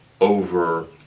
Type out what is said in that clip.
over